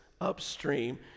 upstream